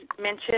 mentioned